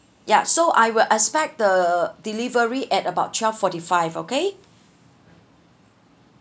ya so I will expect the delivery at about twelve forty five okay